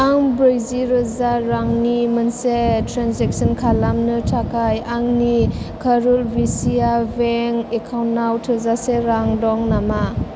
आं ब्रैजि रोजा रांनि मोनसे ट्रेनजेक्सन खालामनो थाखाय आंनि कारुर भिस्या बेंक एकाउन्टाव थोजासे रां दं नामा